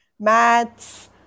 maths